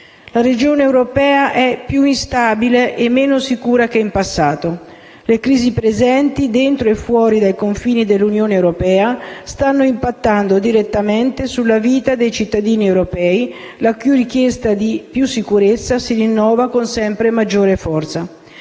La regione europea è più instabile e meno sicura che in passato: le crisi presenti dentro e fuori dai confini dell'Unione europea stanno impattando direttamente sulla vita dei cittadini europei, la cui richiesta di maggiore sicurezza si rinnova con sempre più forza.